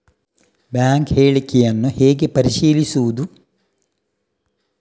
Bank ಹೇಳಿಕೆಯನ್ನು ಹೇಗೆ ಪರಿಶೀಲಿಸುವುದು?